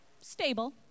stable